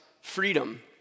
freedom